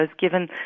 given